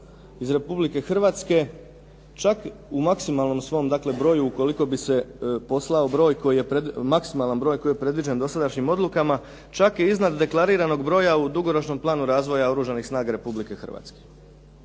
iz Republike Hrvatske čak u maksimalnom svom broju ukoliko bi se poslao broj, maksimalan broj koji je predviđen dosadašnjim odlukama čak i iznad deklariranog broja u dugoročnom planu razvoja Oružanih snaga Republike Hrvatske.